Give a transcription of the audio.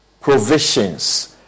provisions